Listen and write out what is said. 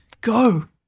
Go